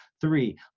Three